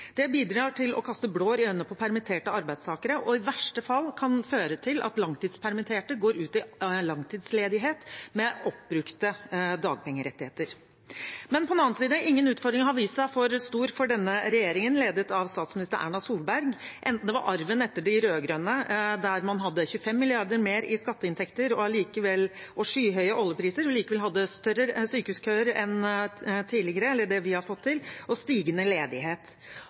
Det bidrar til å kaste blår i øynene på permitterte arbeidstakere og kan i verste fall føre til at langtidspermitterte går ut i langtidsledighet med oppbrukte dagpengerettigheter. Men på den annen side: Ingen utfordring har vist seg for stor for denne regjeringen, ledet av statsminister Erna Solberg, enten det var arven etter de rød-grønne, der man hadde 25 mrd. kr mer i skatteinntekter og skyhøye oljepriser og likevel hadde lengre sykehuskøer enn det vi har fått til, og stigende ledighet